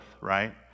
right